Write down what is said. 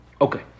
Okay